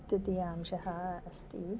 तृतीय अंशः अस्ति